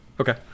Okay